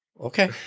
Okay